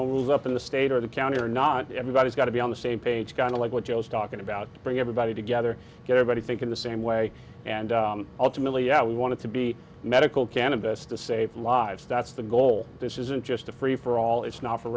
rules up in the state or the county or not everybody's got to be on the same page kind of like what joe's talking about bring everybody together everybody think in the same way and ultimately yeah we want to be medical cannabis to save lives that's the goal this isn't just a free for all it's not for